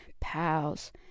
pals